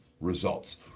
results